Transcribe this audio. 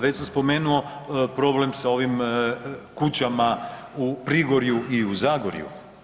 Već sam spomenuo problem sa ovim kućama u Prigorju i u Zagorju.